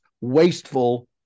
wasteful